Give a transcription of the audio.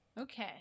Okay